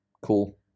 Cool